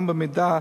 גם במידה